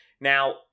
Now